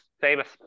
Famous